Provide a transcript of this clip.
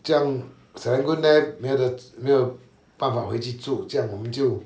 这样 serangoon there 没有的没有办法回去住这样我们就